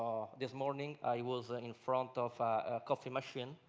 this morning i was in front of a coffee machine.